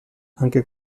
anche